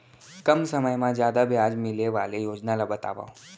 कम समय मा जादा ब्याज मिले वाले योजना ला बतावव